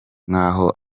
nkaho